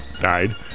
died